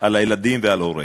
על הילדים ועל הוריהם.